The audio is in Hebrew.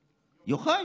יוחאי.